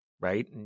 Right